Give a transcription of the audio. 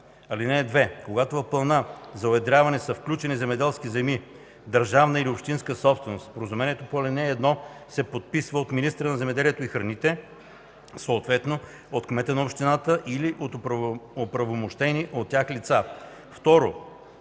(2) Когато в плана за уедряване са включени земеделски земи – държавна или общинска собственост, споразумението по ал. 1 се подписва от министъра на земеделието и храните, съответно от кмета на общината или от оправомощени от тях лица.”